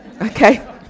okay